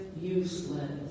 useless